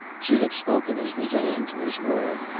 she had spoken as resigned to his word,